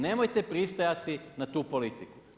Nemojte pristajati na tu politiku.